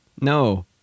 No